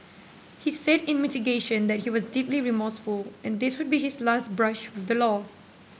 he said in mitigation that he was deeply remorseful and this would be his last brush with the law